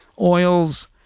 oils